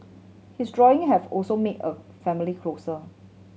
his drawing have also made a family closer